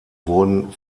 wurden